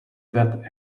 that